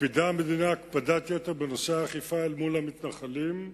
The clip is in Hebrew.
מקפידה המדינה הקפדת יתר בנושא האכיפה אל מול המתנחלים,